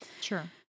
sure